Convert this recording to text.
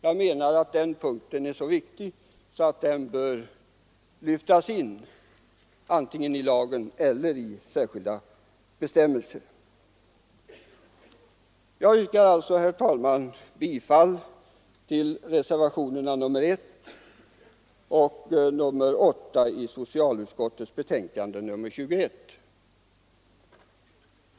Jag menar att den punkten är så viktig att den bör lyftas in antingen i lagen eller i särskilda bestämmelser. Jag yrkar, herr talman, bifall till reservationerna 1 och 8 vid socialutskottets betänkande nr 21.